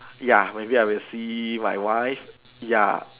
ya maybe I will see my wife ya